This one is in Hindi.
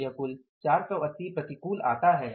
तो यह कुल 480 प्रतिकूल आता है